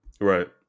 right